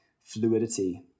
fluidity